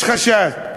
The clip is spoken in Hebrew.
יש חשד.